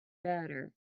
better